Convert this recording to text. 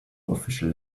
official